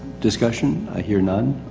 discussion? i hear none.